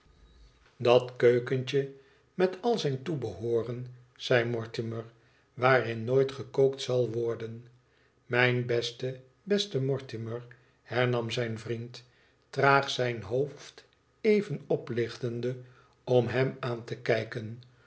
optrekkend idatkeukentje met al zijn toebehooren zei mortimer waarin nooit gekookt zal worden imijn beste beste mortimer hernam zijn vriend traa zijn hoofd e en oplichtende om hem aan te kijken